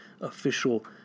official